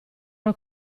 una